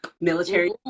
Military